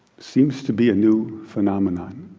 seems to be a new phenomenon.